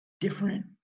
different